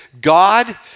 God